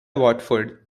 watford